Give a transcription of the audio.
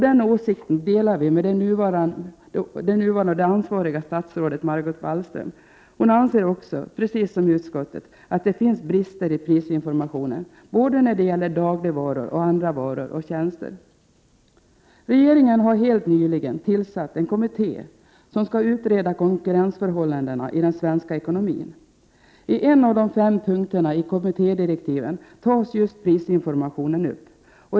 Den åsikten delar vi med det ansvariga statsrådet Margot Wallström. Hon anser också — precis som utskottet — att det finns brister i prisinformationen när det gäller såväl dagligvaror och andra varor som tjänster. Regeringen har helt nyligen tillsatt en kommitté som skall utreda konkurrensförhållandena i den svenska ekonomin. I en av de fem punkterna i kommittédirektiven tas just prisinformationen upp.